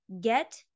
Get